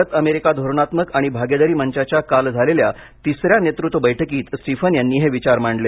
Bharat America धोरणात्मक आणि भागिदारी मंचाच्या काल झालेल्या तिसऱ्या नेतृत्व बैठकीत स्टीफन यांनी हे विचार मांडले